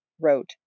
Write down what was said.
wrote